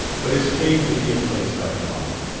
but his page will be in place by tomorrow.